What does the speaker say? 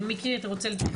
מיקי אתה רוצה להתייחס?